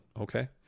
okay